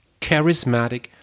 charismatic